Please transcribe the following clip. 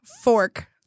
fork